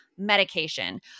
medication